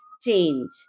change